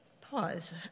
pause